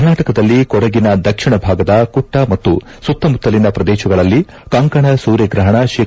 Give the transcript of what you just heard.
ಕನಾಟಕದಲ್ಲಿ ಕೊಡಗಿನ ದಕ್ಷಿಣ ಭಾಗದ ಕುಟ್ಟ ಮತ್ತು ಸುತ್ತಮುತ್ತಲಿನ ಪ್ರದೇಶಗಳಲ್ಲಿ ಕಂಕಣ ಸೂರ್ಯಗ್ರಹಣ ಶೇ